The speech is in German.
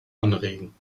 anregen